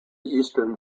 eastern